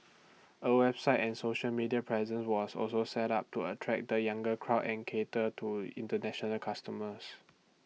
A website and social media presence was also set up to attract the younger crowd and cater to International customers